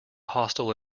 hostile